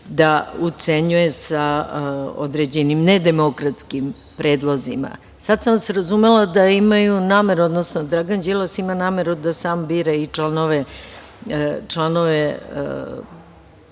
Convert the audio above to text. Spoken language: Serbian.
da ucenjuje sa određenim nedemokratskim predlozima. Sada sam vas razumela da imaju nameru, odnosno Dragan Đilas ima nameru da sam bira i članove